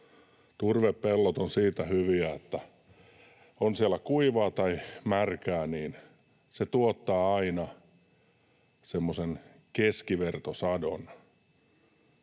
Turvepellot ovat siitä hyviä, että on siellä kuivaa tai märkää, niin se tuottaa aina semmoisen keskivertosadon.